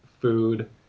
food